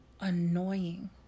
annoying